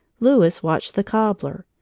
louis watched the cobbler,